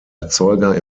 erzeuger